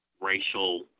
racial